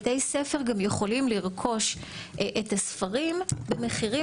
בתי ספר יכולים לרכוש את הספרים במחירים